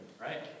Right